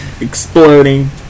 exploding